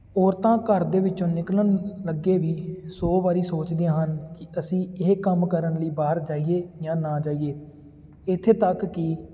ਔਰਤਾਂ ਘਰ ਦੇ ਵਿੱਚੋਂ ਨਿਕਲਣ ਲੱਗੇ ਵੀ ਸੌ ਵਾਰੀ ਸੋਚਦੀਆਂ ਹਨ ਕਿ ਅਸੀਂ ਇਹ ਕੰਮ ਕਰਨ ਲਈ ਬਾਹਰ ਜਾਈਏ ਜਾਂ ਨਾ ਜਾਈਏ ਇੱਥੇ ਤੱਕ ਕਿ